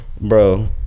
Bro